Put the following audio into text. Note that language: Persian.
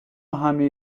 همه